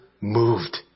moved